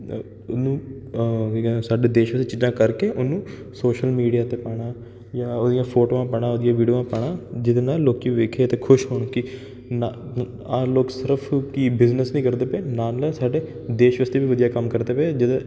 ਉਹਨੂੰ ਕੀ ਕਹਿੰਦੇ ਸਾਡੇ ਦੇਸ਼ ਵਿੱਚ ਜਿੱਦਾਂ ਕਰਕੇ ਉਹਨੂੰ ਸੋਸ਼ਲ ਮੀਡੀਆ 'ਤੇ ਪਾਉਣਾ ਜਾਂ ਉਹਦੀਆਂ ਫੋਟੋਆਂ ਪਾਉਣਾ ਉਹਦੀਆਂ ਵੀਡੀਓ ਪਾਉਣਾ ਜਿਹਦੇ ਨਾਲ ਲੋਕ ਵੇਖੇ ਅਤੇ ਖੁਸ਼ ਹੋਣ ਕਿ ਨਾ ਲੋਕ ਸਿਰਫ਼ ਕਿ ਬਿਜ਼ਨਸ ਨਹੀਂ ਕਰਦੇ ਪਏ ਨਾਲ ਸਾਡੇ ਦੇਸ਼ ਵਾਸਤੇ ਵੀ ਵਧੀਆ ਕੰਮ ਕਰਦੇ ਪਏ ਜਿਹਦੇ